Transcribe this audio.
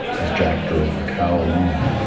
as jack drove the cow along,